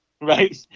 Right